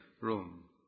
room